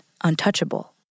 untouchable